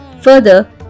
Further